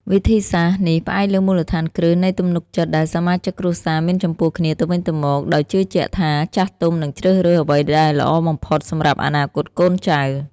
វិធីសាស្រ្តនេះផ្អែកលើមូលដ្ឋានគ្រឹះនៃទំនុកចិត្តដែលសមាជិកគ្រួសារមានចំពោះគ្នាទៅវិញទៅមក ដោយជឿជាក់ថាចាស់ទុំនឹងជ្រើសរើសអ្វីដែលល្អបំផុតសម្រាប់អនាគតកូនចៅ។